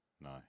No